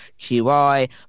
QI